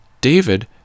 David